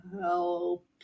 help